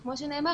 כמו שנאמר,